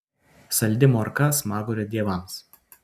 saldi morka smagurio dievams